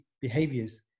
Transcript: behaviors